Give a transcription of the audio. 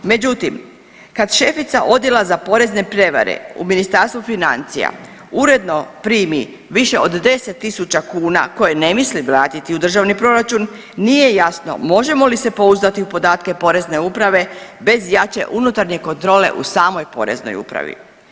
Međutim, kad šefica Odjela za porezne prevare u Ministarstvu financija uredno primi više od 10 000 kuna koje ne misli vratiti u državni proračun nije jasno možemo li se pouzdati u podatke Porezne uprave bez jače unutarnje kontrole u samoj Poreznoj upravi.